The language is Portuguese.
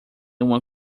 uma